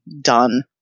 done